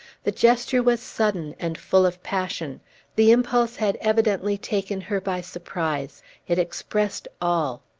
the gesture was sudden, and full of passion the impulse had evidently taken her by surprise it expressed all!